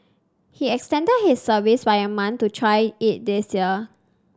he extended his service by a month to try it this year